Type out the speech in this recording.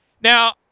Now